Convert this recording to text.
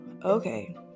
Okay